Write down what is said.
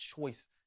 choice